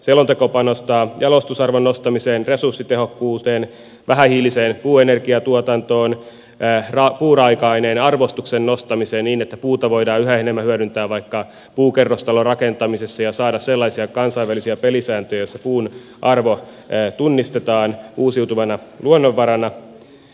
selonteko panostaa jalostusarvon nostamiseen resurssitehokkuuteen vähähiiliseen puuenergiatuotantoon puuraaka aineen arvostuksen nostamiseen niin että puuta voidaan yhä enemmän hyödyntää vaikka puukerrostalorakentamisessa ja saada sellaisia kansainvälisiä pelisääntöjä joissa puun arvo tunnistetaan uusiutuvana luonnonvarana